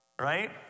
right